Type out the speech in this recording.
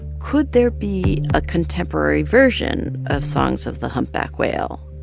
could there be a contemporary version of songs of the humpback whale?